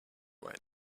right